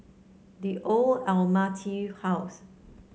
The Old House